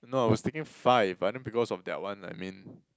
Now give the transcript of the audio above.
no was taking five but I think because of that one I mean